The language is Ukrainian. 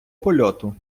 польоту